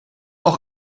auch